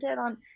on